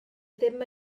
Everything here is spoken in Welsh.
ddim